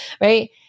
Right